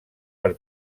per